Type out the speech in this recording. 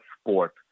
sport